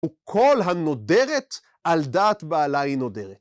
וכל הנודרת על דעת בעלה היא נודרת.